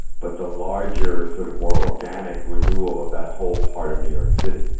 but the larger, sort of more organic renewal of that whole part of new york city,